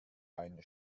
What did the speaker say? ein